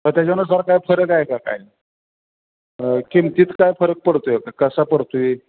मग त्याच्यानुसार काय फरक आहे का काय किमतीत काय फरक पडतो आहे का कसा पडतो आहे